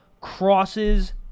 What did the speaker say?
crosses